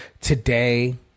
Today